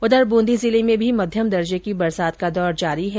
उधर बुंदी जिले में भी मध्यम दर्जे की बरसात का दौर जारी है